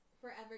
forever